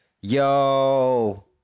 yo